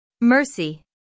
Mercy